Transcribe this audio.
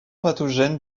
pathogène